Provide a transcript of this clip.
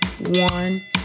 one